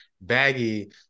baggy